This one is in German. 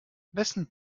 wessen